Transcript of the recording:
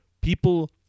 People